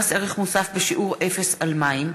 מס ערך מוסף בשיעור אפס על מים),